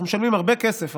אנחנו משלמים הרבה כסף,